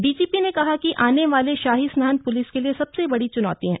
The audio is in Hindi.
डीजीपी ने कहा कि आने वाले शाही स्नान प्लिस के लिए सबसे बड़ी चुनौती हैं